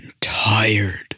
tired